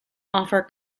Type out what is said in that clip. offer